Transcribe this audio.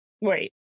Wait